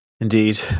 Indeed